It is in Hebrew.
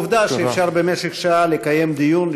עובדה שאפשר במשך שעה לקיים דיון,